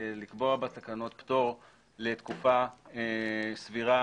לקבוע בתקנות פטור לתקופה סבירה,